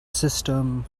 system